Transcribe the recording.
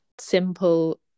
simple